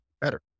better